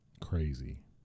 crazy